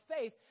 faith